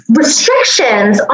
restrictions